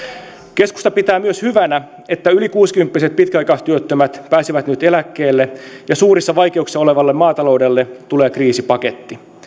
keskusta pitää myös hyvänä että yli kuusikymppiset pitkäaikaistyöttömät pääsevät nyt eläkkeelle ja suurissa vaikeuksissa olevalle maataloudelle tulee kriisipaketti